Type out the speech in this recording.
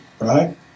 right